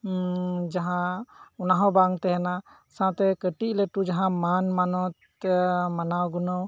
ᱡᱟᱦᱟᱸ ᱚᱱᱟ ᱦᱚᱸ ᱵᱟᱝ ᱛᱟᱦᱮᱸᱱᱟ ᱥᱟᱶᱛᱮ ᱠᱟᱹᱴᱤᱡ ᱞᱟᱹᱴᱩ ᱡᱟᱦᱟᱸ ᱢᱟᱱ ᱢᱟᱱᱚᱛ ᱮ ᱢᱟᱱᱟᱣ ᱜᱩᱱᱟᱹᱣ